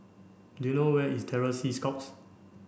do you know where is Terror Sea Scouts